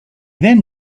then